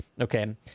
okay